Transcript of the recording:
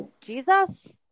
Jesus